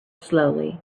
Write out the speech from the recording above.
slowly